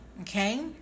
Okay